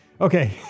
okay